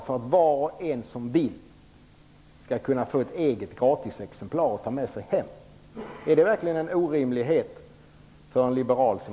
Då skulle var och en som ville kunna få ett eget exemplar att ta med sig hem. Är det verkligen en orimlighet för en liberal som